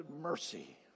mercy